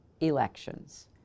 elections